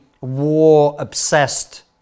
war-obsessed